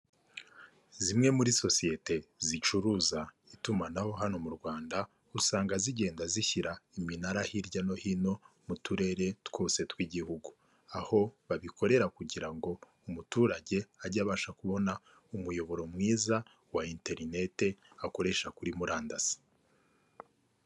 Zimwe muri sosiyete zicuruza itumanaho hano mu Rwanda, usanga zigenda zishyira iminara hirya no hino mu turere twose tw'igihugu, aho babikorera kugira ngo umuturage ajye abasha kubona umuyoboro mwiza wa Enterinete akoresha kuri murandasi.